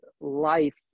life